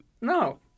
No